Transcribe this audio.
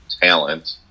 talent